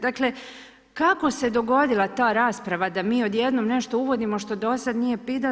Dakle, kako se dogodila ta rasprava da mi odjednom nešto uvodimo što do sad nije bilo.